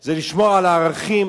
זה לשמור על הערכים